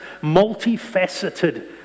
multifaceted